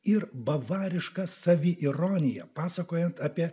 ir bavariška saviironija pasakojant apie